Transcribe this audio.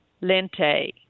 lente